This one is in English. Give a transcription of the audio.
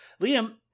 Liam